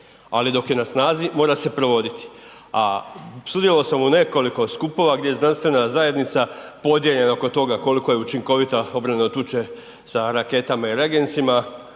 ali dok je na snazi mora se provoditi. A sudjelovao sam u nekoliko skupova gdje je znanstvena zajednica podijeljena oko toga koliko je učinkovita obrana od tuče sa raketama i regensima,